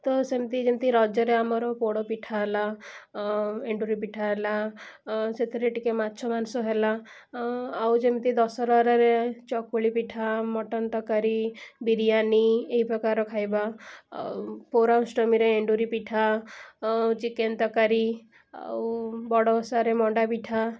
ତ ସେମିତି ଯେମିତି ରଜରେ ଆମର ପୋଡ଼ ପିଠା ହେଲା ଏଣ୍ଡୁରି ପିଠା ହେଲା ସେଥିରେ ଟିକେ ମାଛ ମାଂସ ହେଲା ଆଉ ଯେମିତି ଦଶହରାରେ ଚକୁଳି ପିଠା ମଟନ୍ ତରକାରୀ ବିରିଆନୀ ଏଇ ପ୍ରକାରର ଖାଇବା ଆଉ ପୋଢ଼ୁହାଁ ଅଷ୍ଟମୀରେ ଏଣ୍ଡୁରି ପିଠା ଚିକେନ୍ ତରକାରୀ ଆଉ ବଡ଼ ଓଷାରେ ମଣ୍ଡାପିଠା